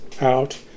out